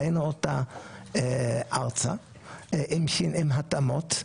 העלנו אותו ארצה עם התאמות,